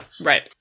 Right